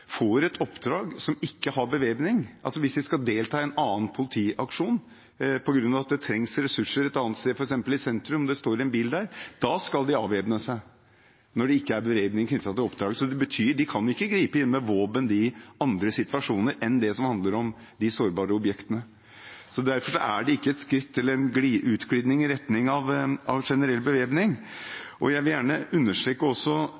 får et oppdrag som ikke skal ha bevæpning – altså hvis de skal delta i en annen politiaksjon på grunn av at det trengs ressurser et annet sted, f.eks. i sentrum, og det står en bil der – skal de avvæpne seg. De kan ikke gripe inn med våpen i andre situasjoner enn de som handler om de sårbare objektene. Derfor er dette ikke en utglidning i retning av generell